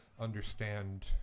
understand